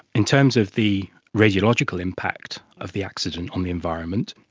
in terms of the radiological impact of the accident on the environment,